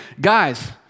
guys